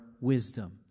wisdom